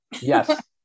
Yes